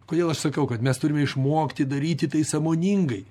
kodėl aš sakau kad mes turime išmokti daryti tai sąmoningai